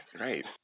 Right